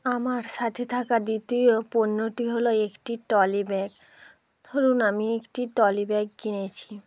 আমার সাথে থাকা দ্বিতীয় পণ্যটি হলো একটি ট্রলিব্যাগ ধরুন আমি একটি ট্রলিব্যাগ কিনেছি